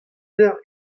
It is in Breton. eur